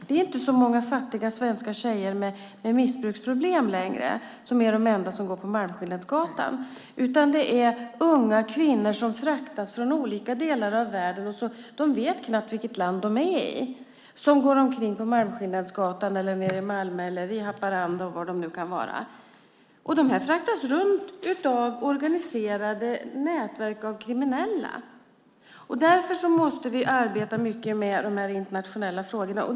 Det är inte fattiga svenska tjejer med missbruksproblem längre som är de enda som går på Malmskillnadsgatan. Det är unga kvinnor som fraktas från olika delar av världen - de vet knappt vilket land de är i - som går omkring på Malmskillnadsgatan, i Malmö, i Haparanda eller var de nu kan vara. De fraktas runt av organiserade nätverk av kriminella. Därför måste vi arbeta mycket med de här internationella frågorna.